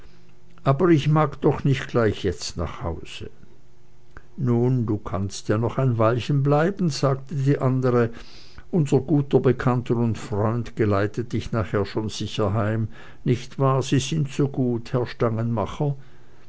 aber ich mag doch nicht gleich jetzt nach hause nun du kannst ja noch ein weilchen bleiben sagte die andere unser guter bekannter und freund geleitet dich nachher schon sicher heim nicht wahr sie sind so gut herr